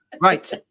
Right